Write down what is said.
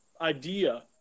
idea